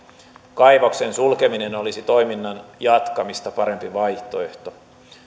kaivoksen sulkeminen olisi toiminnan jatkamista parempi vaihtoehto